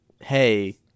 hey